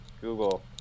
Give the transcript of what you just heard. Google